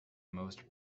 most